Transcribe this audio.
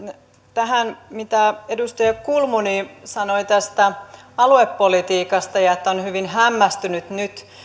tähän mitä edustaja kulmuni sanoi tästä aluepolitiikasta ja siitä että on hyvin hämmästynyt nyt